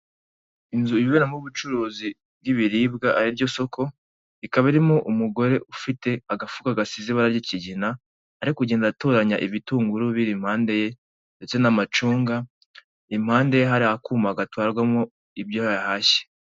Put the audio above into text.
Inzu iberamo ubucuruzi bw'ibiribwa ari ryo soko, rikaba ririmo umugore ufite agafuko gasize ibara ry'ikigina ari kugenda atoranya ibitunguru biri impande ye ndetse n'amacunga, impande ye hari akuma gatwarwamo ibyo yahashye.